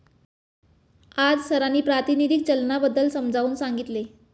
आज सरांनी प्रातिनिधिक चलनाबद्दल समजावून सांगितले